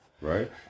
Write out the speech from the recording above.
right